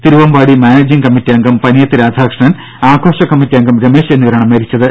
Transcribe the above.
Thiruvambady managing committee അംഗം പനിയത്ത് രാധാകൃഷ്ണൻ ആഘോഷ committee അംഗം രമേശ് എന്നിവരാണ് മരിച്ചത്